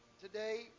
today